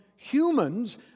humans